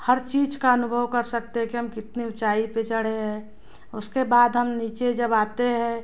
हर चीज़ का अनुभव कर सकते है कि हम कितनी ऊचाई पर चढ़े है उसके बाद हम नीचे जब आते हैं